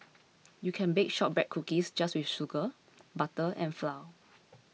you can bake Shortbread Cookies just with sugar butter and flour